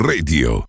Radio